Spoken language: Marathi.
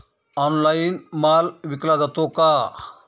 ऑनलाइन माल विकला जातो का?